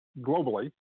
globally